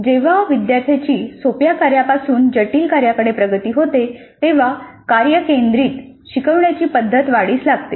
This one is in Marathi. जेव्हा विद्यार्थ्यांची सोप्या कार्यापासून जटिल कार्याकडे प्रगती होते तेव्हा कार्य केंद्रित शिकवण्याची पद्धत वाढीस लागते